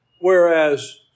whereas